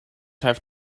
have